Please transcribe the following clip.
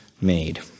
made